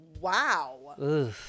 wow